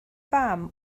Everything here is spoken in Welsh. fam